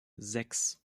sechs